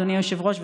אדוני היושב-ראש,